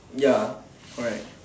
ya correct